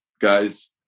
guys